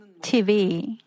TV